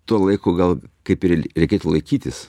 to laiko gal kaip ir reikėtų laikytis